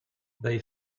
they